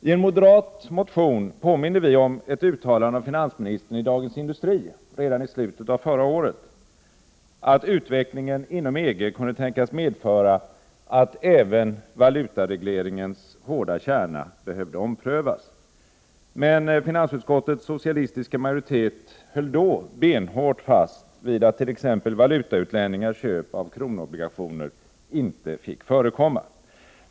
I en moderat motion påminde vi om ett uttalande av finansministern i Dagens Industri redan i slutet av förra året att utvecklingen inom EG kunde tänkas medföra att även valutaregleringens hårda kärna behövde omprövas. Men finansutskottets socialistiska majoritet höll då benhårt fast vid att t.ex. valutautlänningars köp av kronobligationer inte fick förekomma.